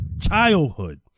childhood